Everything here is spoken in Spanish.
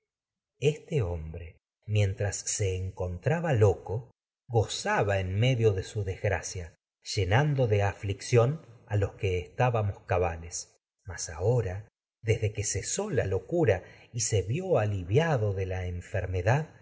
este hombre su mientras se encontraba loco gozaba ción a en medio de desgracia llenando de aflic los que estábamos cabales mas y se ahora desde que cesó todo la locura vió aliviado de la enfermedad